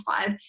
five